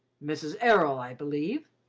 mrs. errol, i believe?